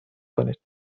کنید